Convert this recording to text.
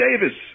Davis